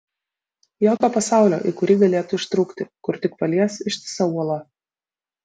jokio pasaulio į kurį galėtų ištrūkti kur tik palies ištisa uola